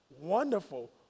wonderful